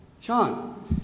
Sean